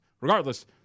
Regardless